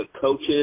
coaches